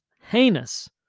heinous